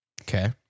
Okay